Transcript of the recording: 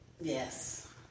Yes